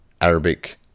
Arabic